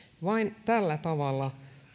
vain tällä tavalla